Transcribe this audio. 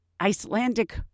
Icelandic